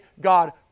God